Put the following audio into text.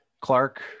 Clark